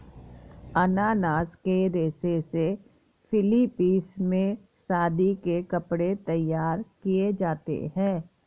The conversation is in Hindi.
अनानास के रेशे से फिलीपींस में शादी के कपड़े तैयार किए जाते हैं